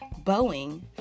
Boeing